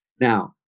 Now